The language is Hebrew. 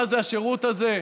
מה זה השירות הזה?